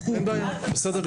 אין בעיה, בסדר גמור.